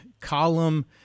column